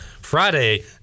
Friday